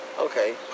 Okay